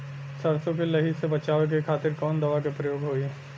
सरसो के लही से बचावे के खातिर कवन दवा के प्रयोग होई?